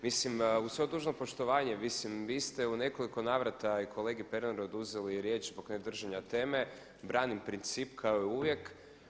Mislim uz sve dužno poštovanje vi ste u nekoliko navrata i kolegi Pernaru oduzeli riječ zbog ne držanja teme, branim princip kao i uvijek.